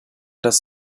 das